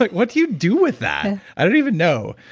like what do you do with that? i don't even know.